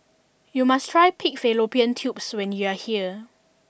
you must try Pig Fallopian Tubes when you are here